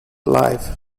live